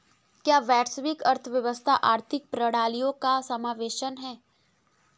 क्या वैश्विक अर्थव्यवस्था आर्थिक प्रणालियों का समावेशन है?